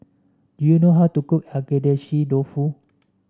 do you know how to cook Agedashi Dofu